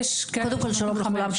שלום לכולם,